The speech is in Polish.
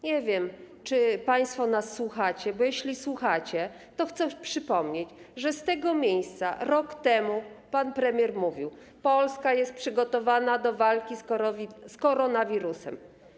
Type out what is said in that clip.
Nie wiem, czy państwo nas słuchacie, bo jeśli słuchacie, to chcę przypomnieć, że z tego miejsca rok temu pan premier mówił: Polska jest przygotowana do walki z koronawirusem.